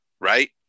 Right